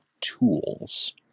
tools